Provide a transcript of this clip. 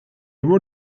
were